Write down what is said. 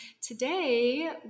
today